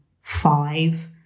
five